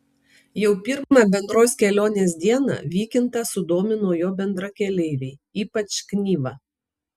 jau pirmą bendros kelionės dieną vykintą sudomino jo bendrakeleiviai ypač knyva